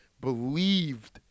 believed